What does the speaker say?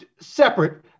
separate